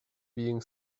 being